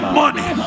money